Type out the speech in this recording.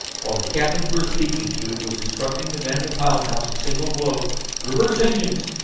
while the captain, through a speaking tube, was instructing the man in the pilot house to signal below reverse engines,